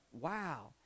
wow